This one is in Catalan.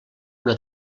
una